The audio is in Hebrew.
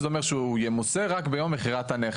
שזה אומר שיחול עליו מס רק ביום מכירת הנכס.